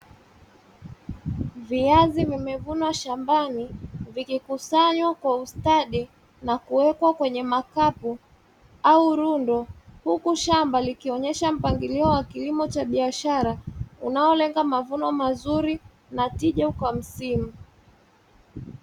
Viazi vimevunwa shambani vikikusanywa kwa ustadi na kuwekwa kwenye makapu au rundo, huku shamba likionyesha mpangilio wa kilimo cha biashara, unaolenga mavuno mazuri na tija kwa msimu.